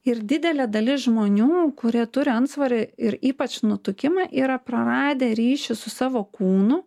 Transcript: ir didelė dalis žmonių kurie turi antsvorį ir ypač nutukimą yra praradę ryšį su savo kūnu